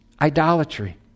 idolatry